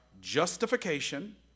justification